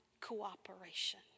cooperation